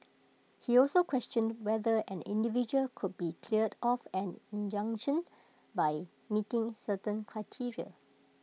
he also questioned whether an individual could be cleared of an injunction by meeting certain criteria